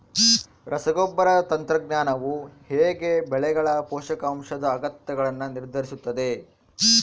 ರಸಗೊಬ್ಬರ ತಂತ್ರಜ್ಞಾನವು ಹೇಗೆ ಬೆಳೆಗಳ ಪೋಷಕಾಂಶದ ಅಗತ್ಯಗಳನ್ನು ನಿರ್ಧರಿಸುತ್ತದೆ?